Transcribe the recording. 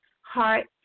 heart